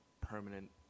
permanent